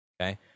Okay